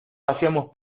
hacíamos